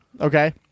okay